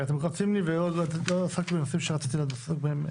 אתם רצים לי ועוד לא עסקנו בנושאים שרציתי לעסוק בהם,